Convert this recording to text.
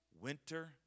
winter